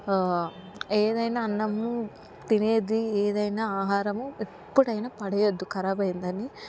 ఏదయినా అన్నము తినేది ఏదయినా ఆహారము ఎప్పుడయినా పడేయొద్దు ఖరాబ్ అయ్యిందని